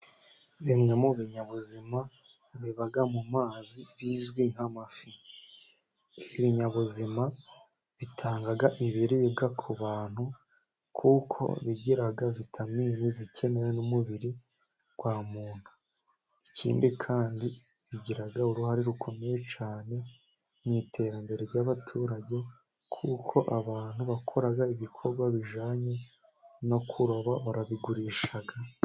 Bimwe mu binyabuzima biba mu mazi bizwi nk'amafi. Ibinyabuzima bitanga ibiribwa ku bantu, kuko bigira vitamini zikenewe n'umubiri wa muntu. Ikindi kandi bigira uruhare rukomeye cyane mu iterambere ry'abaturage, kuko abantu bakora ibikorwa bijyanye no kuroba barabigurisha.